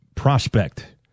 Prospect